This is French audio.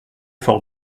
fort